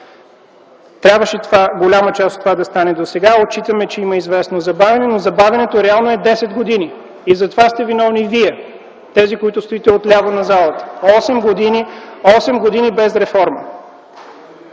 Трябваше голяма част от това да стане досега. Отчитаме, че има известно забавяне, но то реално е десет години и за това сте виновни вие, тези, които стоите отляво на залата. (Шум и реплики